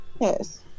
Yes